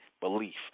belief